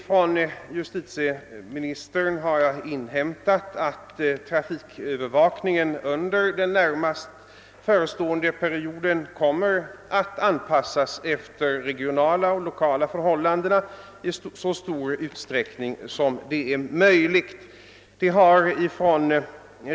Av justitieministern har jag emellertid inhämtat att trafikövervakningen under den närmast förestående perioden kommer att anpassas efter regionala och lokala förhållanden i så stor utsträckning som möjligt.